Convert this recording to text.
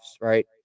right